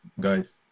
guys